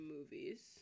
movies